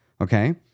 okay